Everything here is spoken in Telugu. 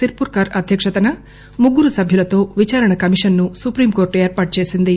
సిర్ పుర్కార్ అధ్యక్షతన ముగ్గురు సభ్యులతో విచారణ కమిషస్ ను సుప్రీంకోర్టు ఏర్పాటుచేసింది